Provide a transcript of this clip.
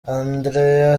andrea